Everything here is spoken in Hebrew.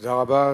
תודה רבה.